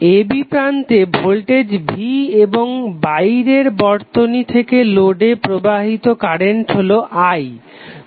a b প্রান্তে voltage V এবং বাইরের বর্তনী থেকে লোডে প্রবাহিত কারেন্ট হলো I